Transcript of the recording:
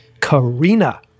Karina